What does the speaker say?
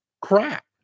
crap